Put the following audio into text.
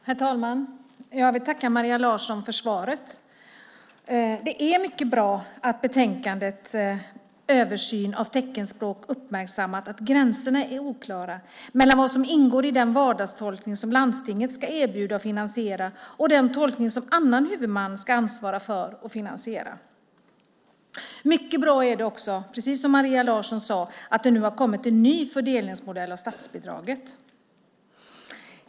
Herr talman! Jag vill tacka Maria Larsson för svaret. Det är mycket bra att man i betänkandet Översyn av teckenspråkets ställning har uppmärksammat att gränserna är oklara mellan vad som ingår i den vardagstolkning som landstinget ska erbjuda och finansiera och den tolkning som annan huvudman ska ansvara för och finansiera. Det är också mycket bra, precis som Maria Larsson sade, att det nu har kommit en ny fördelningsmodell för statsbidraget.